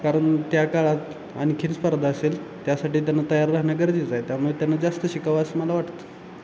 कारण त्या काळात आणखी स्पर्धा असेल त्यासाठी त्यांना तयार राहणं गरजेचं आहे त्यामुळे त्यांनं जास्त शिकावं असं मला वाटतं